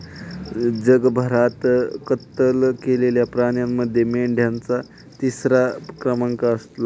जगभरात कत्तल केलेल्या प्राण्यांमध्ये मेंढ्यांचा तिसरा क्रमांक लागतो